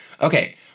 Okay